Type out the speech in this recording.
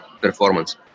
performance